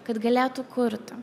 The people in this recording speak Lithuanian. kad galėtų kurti